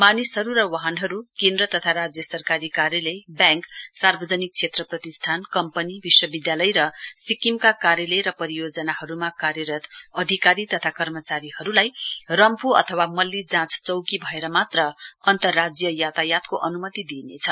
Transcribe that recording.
मानिसहरू र वाहनहरू केन्द्र तथा राज्य सरकारी कार्यालय ब्याङ्क सार्वजनिक क्षेत्र प्रतिष्ठान कम्पनी विश्वविद्यालय र सिक्किमका कार्यालय र परियोजनाहरूमा कार्यरत अधिकारी तथा कर्मचारीहरूलाई रम्पू अथवा मल्ली जाँच चौकी भएर मात्र अन्तर्राज्य यातायातको अनुमति दिइनेछ